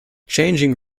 changing